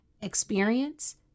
experience